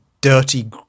dirty